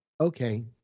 okay